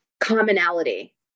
commonality